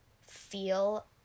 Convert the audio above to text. feel